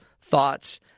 thoughts